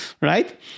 right